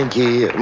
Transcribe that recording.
and be